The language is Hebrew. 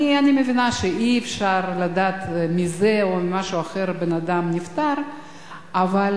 אני מבינה שאי-אפשר לדעת אם בן-אדם נפטר מזה או ממשהו אחר,